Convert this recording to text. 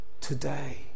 today